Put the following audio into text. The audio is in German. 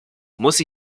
muss